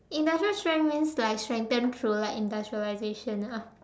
industrial strength means like strengthen through like industrialization ah